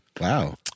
Wow